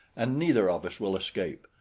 and neither of us will escape.